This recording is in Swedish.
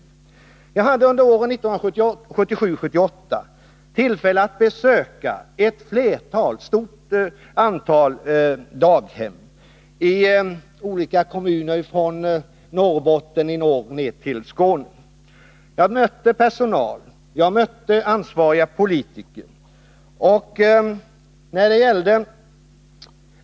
Jag hade under åren 1977 och 1978 tillfälle att besöka ett stort antal daghem i kommuner från Norrbotten ner till Skåne. Där träffade jag och diskuterade med personal och ansvariga politiker.